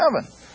heaven